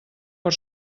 per